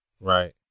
right